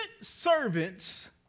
servants